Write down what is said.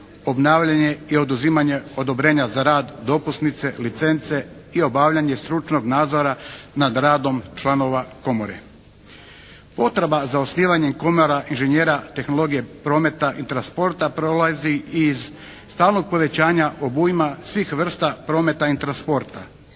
obnavljanje i oduzimanje odobrenja za rad dopusnice, licence i obavljanje stručnog nadzora nad radom članova komore. Potreba za osnivanjem komora inženjera tehnologije prometa i transporta prolazi iz stalnog povećanja obujma svih vrsta prometa i transporta,